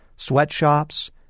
Sweatshops